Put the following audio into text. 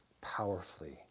powerfully